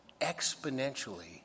exponentially